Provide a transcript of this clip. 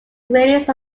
greatest